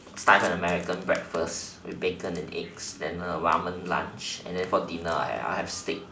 start with an American breakfast with bacon and eggs then ramen lunch and then for dinner I will have steak